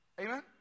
Amen